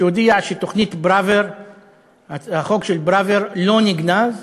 שהודיע שהחוק של פראוור לא נגנז,